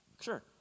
Sure